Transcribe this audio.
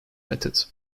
method